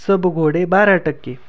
सब घोडे बारा टक्के